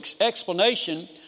explanation